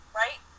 right